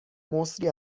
مسری